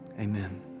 Amen